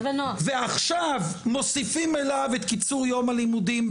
ועכשיו מוסיפים אליו את קיצור יום הלימודים.